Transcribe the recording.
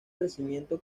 crecimiento